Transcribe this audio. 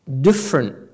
different